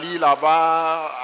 là-bas